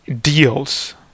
Deals